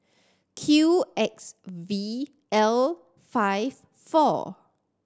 Q X V L five four